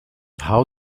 how